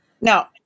Now